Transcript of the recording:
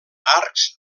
arcs